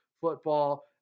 football